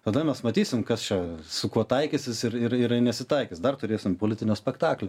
tada mes matysim kas čia su kuo taikysis ir ir nesitaikys dar turėsim politinio spektaklio